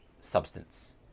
substance